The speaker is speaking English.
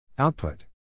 Output